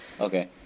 Okay